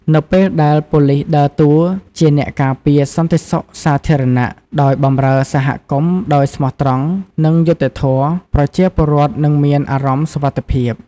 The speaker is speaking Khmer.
នៅពេលដែល ប៉ូលីសដើរតួជាអ្នកការពារសន្តិសុខសាធារណៈ ដោយបម្រើសហគមន៍ដោយស្មោះត្រង់ និងយុត្តិធម៌ ប្រជាពលរដ្ឋនឹងមាន អារម្មណ៍សុវត្ថិភាព។